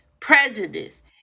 prejudice